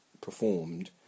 performed